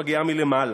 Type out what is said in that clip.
מגיעה מלמעלה.